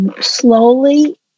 slowly